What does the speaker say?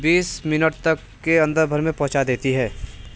बीस मिनट तक के अन्दर भर में पहुंचा देती है